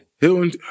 Hilton